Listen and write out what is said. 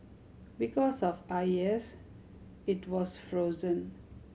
because of I S it was frozen